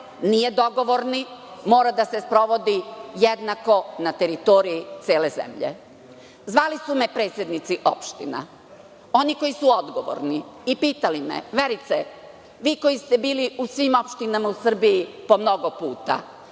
nije dogovorni, mora da se sprovodi jednako na teritoriji cele zemlje. Zvali su me predsednici opština, oni koji su odgovorni i pitali me: „Verice, vi koji ste bili u svim opštinama u Srbiji po mnogo puta,